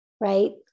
right